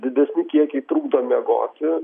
didesni kiekiai trukdo miegoti